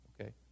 okay